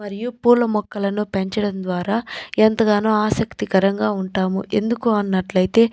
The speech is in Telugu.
మరియు పూల మొక్కలను పెంచడం ద్వారా ఎంతగానో ఆసక్తికరంగా ఉంటాము ఎందుకు అన్నట్లయితే